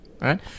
Right